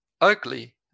ugly